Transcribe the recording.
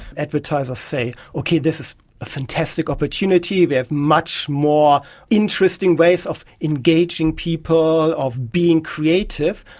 advertisers say, okay, this is a fantastic opportunity, we have much more interesting ways of engaging people, of being creative.